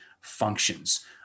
functions